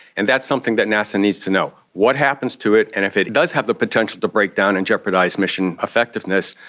and that's something that nasa needs to know. what happens to it, and if it does have the potential to break down and jeopardise mission effectiveness,